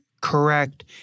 correct